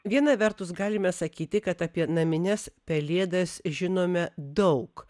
viena vertus galime sakyti kad apie namines pelėdas žinome daug